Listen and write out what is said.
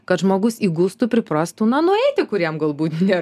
kad žmogus įgustų priprastų na nueiti kur jam galbūt nėr